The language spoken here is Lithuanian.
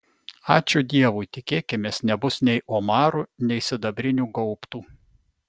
ačiū dievui tikėkimės nebus nei omarų nei sidabrinių gaubtų